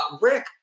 Rick